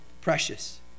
precious